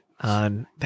on